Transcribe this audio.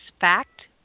fact